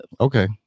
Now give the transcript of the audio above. Okay